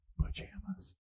pajamas